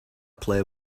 play